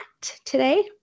today